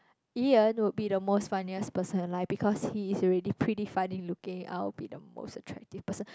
Ian would be the most funniest person alive because he is already pretty funny looking I would be the most attractive person